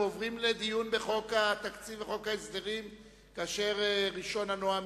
עברה בקריאה שלישית ותיכנס לספר החוקים של מדינת ישראל כתיקון לחוק.